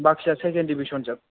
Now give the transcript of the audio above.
बाखिआ second दिभिसनजोब